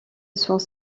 soit